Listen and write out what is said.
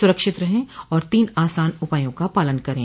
सुरक्षित रहें और तीन आसान उपायों का पालन करें